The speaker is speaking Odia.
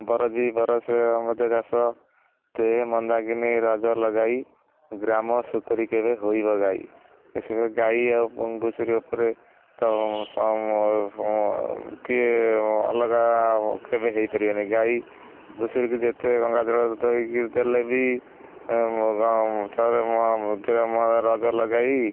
ବରଜିବ ରସେ ଦେଇ ମାନସ ବରଜି ବରଷେ ଅମେଧ୍ୟ ଗ୍ରାସ ଦେହେ ମନ୍ଦାକିନୀ ରଜ ଲଗାଇ ଗ୍ରାମ ଶୂକୁରୀ କି ହୋଇବ ଗାଈ ଏ ଗାଈ ଆଉ ଘୁଷୁରି ଉପରେ ତ କିଏ ଅଲଗା କେବେ ହୋଇପାରିବନି ଗାଈ ଘୁଷୁରିକୁ ଯେତେ ଗଙ୍ଗାଜଳରେ ଧୋଇକି ଦେଲେ ବି ରଜ ଲଗାଇ